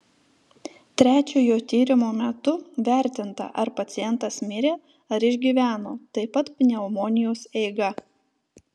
trečiojo tyrimo metu vertinta ar pacientas mirė ar išgyveno taip pat pneumonijos eiga